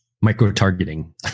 micro-targeting